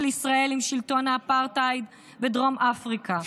ישראל עם שלטון האפרטהייד בדרום אפריקה.